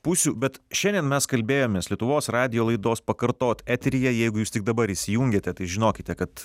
pusių bet šiandien mes kalbėjomės lietuvos radijo laidos pakartot eteryje jeigu jūs tik dabar įsijungėte tai žinokite kad